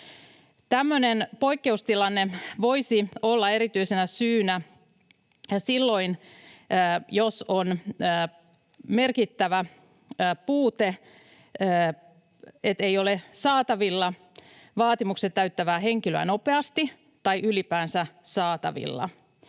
Tämmöiseen poikkeustilanteeseen voisi olla erityisenä syynä se, jos on merkittävä puute, eli että ei ole saatavilla vaatimukset täyttävää henkilöä nopeasti tai ylipäänsä saatavilla,